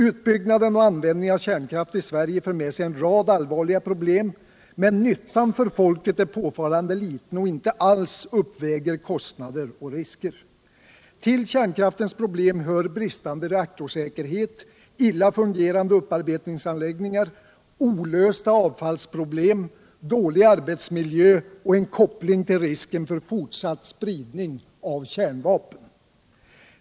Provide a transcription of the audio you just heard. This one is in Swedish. Utbyggnaden och användningen av kärnkraft i Sverige för med sig en rad allvarliga problem, medan nyttan för folket är påfallande liten och inte alls uppväger kostnader och risker. Till kärnkraftens problem hör dålig reaktorsäkerhet, illa fungerande upparbetningsanläggningar, olösta avfallsproblem, dålig arbetsmiljö och en koppling till risken för fortsatt spridning av kärnvapen.